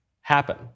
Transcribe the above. happen